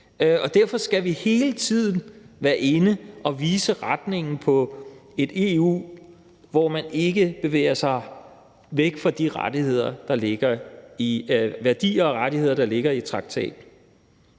derfor skal vi hele tiden være inde at vise retningen for et EU, hvor man ikke bevæger sig væk fra de værdier og rettigheder, der ligger i traktaten.